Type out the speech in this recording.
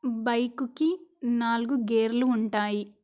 బైకుకి నాలుగు గేర్లు ఉంటాయి